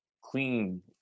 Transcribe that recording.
clean